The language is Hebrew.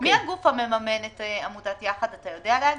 מי הגוף המממן את עמותת יחד, אתה יודע להגיד?